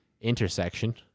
intersection